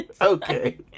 Okay